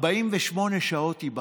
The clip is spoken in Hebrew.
48 שעות והיא בחוץ.